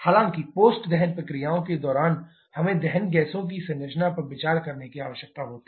हालांकि पोस्ट दहन प्रक्रियाओं के दौरान हमें दहन गैसों की संरचना पर विचार करने की आवश्यकता होती है